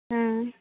ᱦᱮᱸ